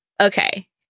Okay